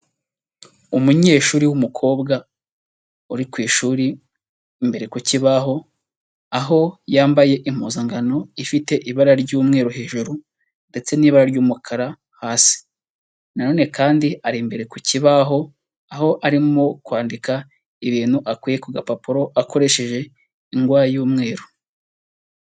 Umunyeshuri w'umukobwa uri ku ishuri imbere ku kibaho, aho yambaye impuzankano ifite ibara ry'umweru hejuru ndetse n'ibara ry'umukara hasi na none kandi ari imbere ku kibaho, aho arimo kwandika ibintu akuye ku gapapuro akoresheje ingwa y'umweru.